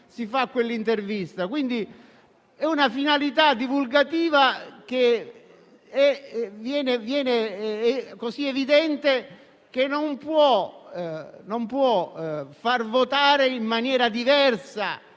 si fa quell'intervista. Quindi, è una finalità divulgativa così evidente che non può far votare in maniera diversa,